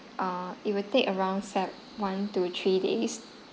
uh it will take around SEPT one to three days